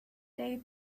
day